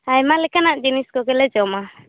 ᱟᱭᱢᱟ ᱞᱮᱠᱟᱱᱟᱜ ᱡᱤᱱᱤᱥ ᱠᱚᱜᱮᱞᱮ ᱡᱚᱢᱟ